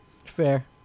Fair